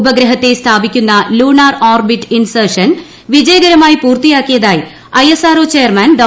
ഉപഗ്രഹത്തെ സ്ഥാപിക്കുന്ന lunar orbit insertion വിജയകരമായി പൂർത്തിയാക്കിയതായി ഐഎസ്ആർഒ ചെയർമാൻ ഡോ